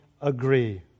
agree